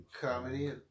Comedy